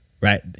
right